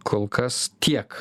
kol kas kiek